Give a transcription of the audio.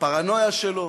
הפרנויה שלו,